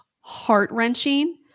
heart-wrenching